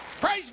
Praise